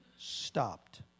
Stopped